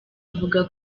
avuga